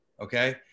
okay